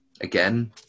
again